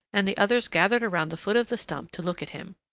and the others gathered around the foot of the stump to look at him.